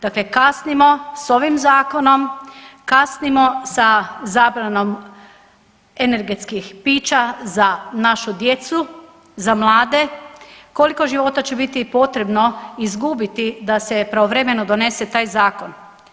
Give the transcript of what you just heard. Dakle kasnimo s ovim Zakonom, kasnimo sa zabranom energetskih pića za našu djecu, za mlade, koliko života će biti potrebno izgubiti da se pravovremeno donese taj zakon?